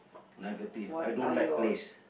negative I don't like plays